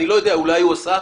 אני לא יודע, אולי הוא עשה.